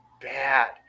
bad